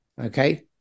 Okay